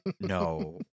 No